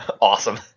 Awesome